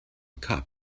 cup